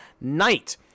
night